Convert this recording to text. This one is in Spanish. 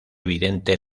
evidente